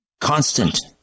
constant